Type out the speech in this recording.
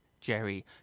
Jerry